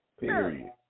period